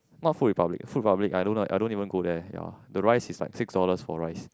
not Food Republic Food Republic I don't like I don't even go there ya the rice is like six dollars for rice